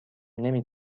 نمی